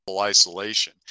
isolation